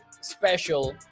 special